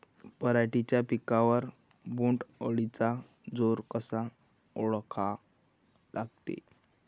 पराटीच्या पिकावर बोण्ड अळीचा जोर कसा ओळखा लागते?